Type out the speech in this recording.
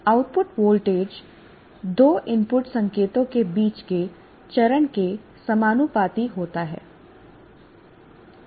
output voltage दो input संकेतों के बीच के चरण के समानुपाती होता है